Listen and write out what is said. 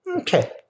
Okay